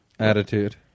attitude